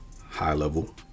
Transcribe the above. high-level